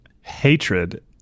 hatred